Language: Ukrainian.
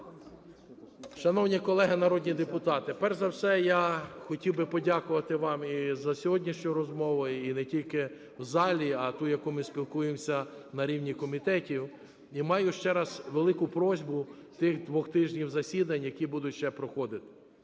Шановні колеги народні депутати, перш за все я хотів би подякувати вам і за сьогоднішню розмову, і не тільки в залі, а ту, яку ми спілкуємося на рівні комітетів. І маю ще раз велику просьбу тих двох тижнів засідань, які будуть ще проходити.